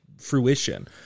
fruition